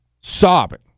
Sobbing